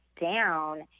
down